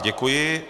Děkuji.